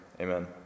Amen